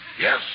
Yes